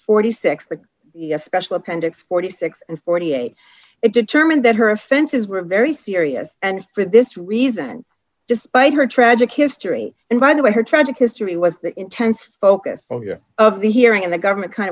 forty six the special appendix forty six and forty eight it determined that her offenses were very serious and for this reason despite her tragic history and by the way her tragic history was the intense focus of the hearing and the government kind